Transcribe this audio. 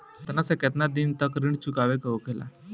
केतना से केतना दिन तक ऋण चुकावे के होखेला?